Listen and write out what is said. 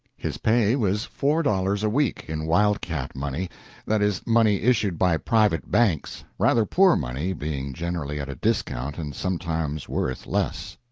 his pay was four dollars a week, in wild-cat money that is, money issued by private banks rather poor money, being generally at a discount and sometimes worth less.